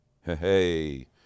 Hey